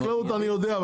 חקלאות אני יודע,